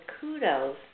kudos